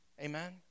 Amen